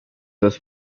dos